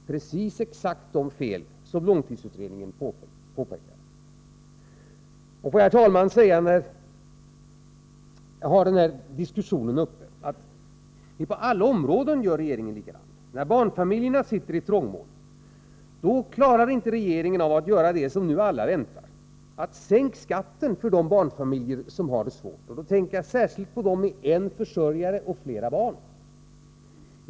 Man gör exakt de fel som långtidsutredningen påpekar. Herr talman! Får jag, när jag har den här saken uppe, säga att regeringen gör likadant på alla områden. När barnfamiljerna sitter i trångmål klarar regeringen inte att göra det som alla nu väntar, att sänka skatten för de barnfamiljer som har det svårt. Då tänker jag särskilt på familjer med en försörjare och flera barn.